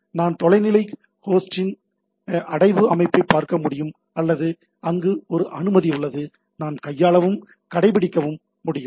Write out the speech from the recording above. நான் தொலைநிலை ஹோஸ்ட்டின் அடைவு அமைப்பு பார்க்க முடியும் அல்லது அங்கு ஒரு அனுமதி உள்ளது நான் கையாளவும் கடைபிடிக்கவும் முடியும்